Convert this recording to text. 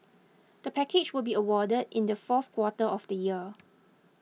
the package will be awarded in the fourth quarter of the year